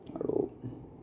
আৰু